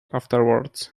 afterwards